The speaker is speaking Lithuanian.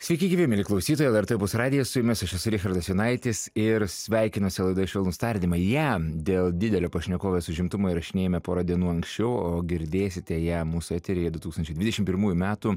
sveiki gyvi mieli klausytojai lrt opus radijas su jumis aš esu richardas jonaitis ir sveikinuosi laidoje švelnūs tardymai ją dėl didelio pašnekovės užimtumo įrašinėjome porą dienų anksčiau o girdėsite ją mūsų eteryje du tūkstančiai dvidešimt pirmųjų metų